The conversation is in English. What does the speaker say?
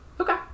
Okay